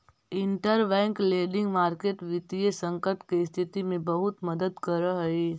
interbank lending market वित्तीय संकट के स्थिति में बहुत मदद करऽ हइ